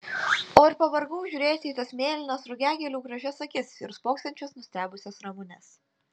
o ir pavargau žiūrėti į tas mėlynas rugiagėlių gražias akis ir spoksančias nustebusias ramunes